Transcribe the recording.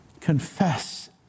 confess